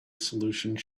solutions